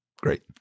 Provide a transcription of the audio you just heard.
Great